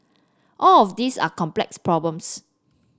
all of these are complex problems